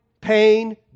pain